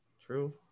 True